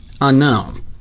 unknown